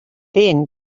then